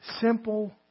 simple